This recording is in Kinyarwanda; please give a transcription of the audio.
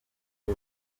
bwo